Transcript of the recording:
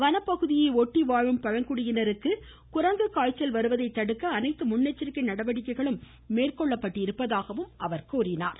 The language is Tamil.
வன பகுதியை ஒட்டி வாழும் பழங்குடியினருக்கு குரங்கு காய்ச்சல் வருவதை தடுக்க அனைத்து முன்னெச்சரிக்கை நடவடிக்கைகளும் மேற்கொள்ளப்பட்டிருப்பதாக அவர் கூறினார்